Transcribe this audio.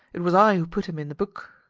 it was i who put him in the book.